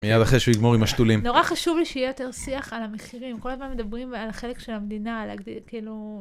מיד אחרי שהוא יגמור עם השתולים. נורא חשוב לי שיהיה יותר שיח על המחירים, כל הזמן מדברים על החלק של המדינה, על להגדיל, כאילו...